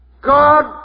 God